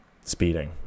speeding